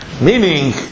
Meaning